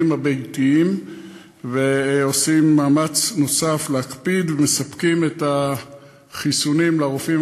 הביתיים ועושים מאמץ נוסף להקפיד ומספקים את החיסונים לרופאים